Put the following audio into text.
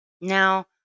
Now